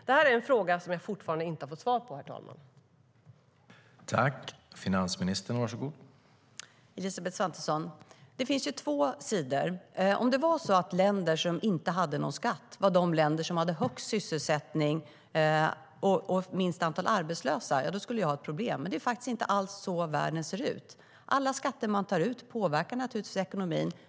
Det här är en fråga som jag fortfarande inte har fått svar på, herr talman.